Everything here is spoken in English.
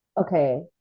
okay